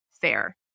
Fair